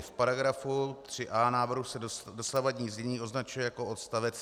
V § 3a návrhu se dosavadní znění označuje jako odst.